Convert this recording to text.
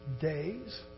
days